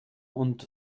und